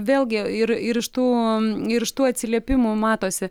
vėlgi ir ir iš tų ir iš tų atsiliepimų matosi